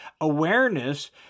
awareness